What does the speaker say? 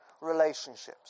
relationships